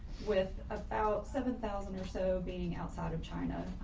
with about seven thousand or so being outside of china.